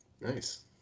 nice